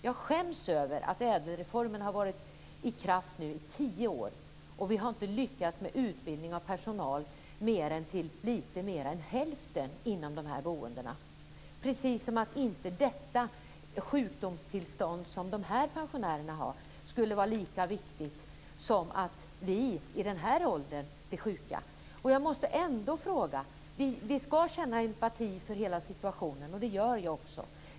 Jag skäms över att ädelreformen nu har varit i kraft i tio år, och vi har inte ens lyckats att utbilda lite mer än hälften av personalen inom dessa boenden - precis som om inte dessa pensionärers sjukdomstillstånd skulle vara lika viktiga att behandla som de sjukdomstillstånd som vi i vår ålder har. Vi ska känna empati för hela situationen, och det gör jag också.